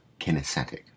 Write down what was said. kinesthetic